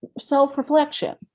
self-reflection